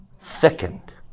Thickened